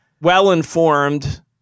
well-informed